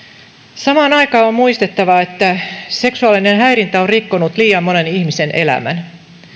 samaan aikaan on muistettava että seksuaalinen häirintä on rikkonut liian monen ihmisen elämän